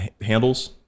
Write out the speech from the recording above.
Handles